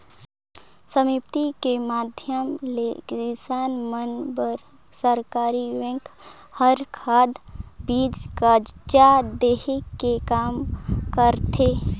समिति के माधियम ले किसान मन बर सरकरी बेंक हर खाद, बीज, करजा देहे के काम करथे